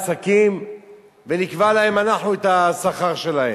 בואו נגביל את בעלי העסקים ונקבע להם אנחנו את השכר שלהם.